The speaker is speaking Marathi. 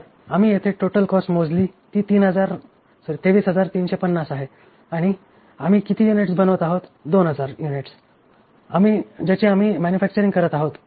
तर आम्ही येथे टोटल कॉस्ट मोजली ती 23350 आहे आणि आम्ही किती युनिट्स बनवत आहोत 2000 युनिट्स ज्याची आम्ही मॅन्युफॅक्चअरिंग करीत आहोत